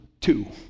two